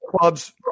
clubs